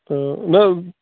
تہٕ نہَ